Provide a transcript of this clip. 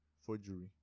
forgery